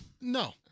No